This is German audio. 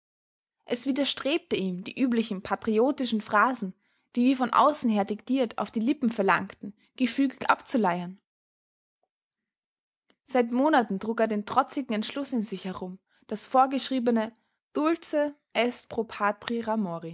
es widerstrebte ihm die üblichen patriotischen phrasen die wie von außen her diktiert auf die lippen verlangten gefügig abzuleiern seit monaten trug er den trotzigen entschluß in sich herum das vorgeschriebene dulce est pro